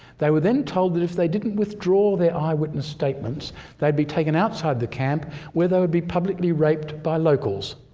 they were then told that if they didn't withdraw their eyewitness statements they'd be taken outside the camp where they would be publicly raped by locals.